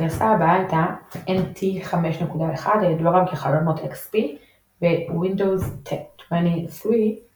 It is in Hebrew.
הגרסה הבאה הייתה NT 5.1 הידועה גם כחלונות XP ו־Windows 2003 server.